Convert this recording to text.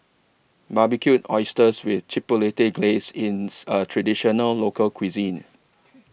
Barbecued Oysters with Chipotle Glaze Ins A Traditional Local Cuisine